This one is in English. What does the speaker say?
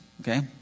okay